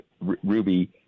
Ruby